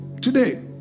today